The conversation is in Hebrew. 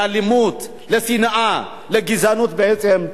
בעצם מוציאים את דיבתה של מדינת ישראל בחוץ.